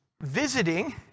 visiting